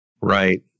Right